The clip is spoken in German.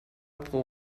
pro